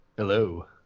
Hello